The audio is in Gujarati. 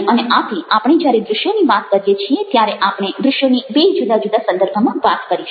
અને આથી આપણે જ્યારે દ્રશ્યોની વાત કરીએ છીએ ત્યારે આપણે દ્રશ્યોની બે જુદા જુદા સંદર્ભમાં વાત કરીશું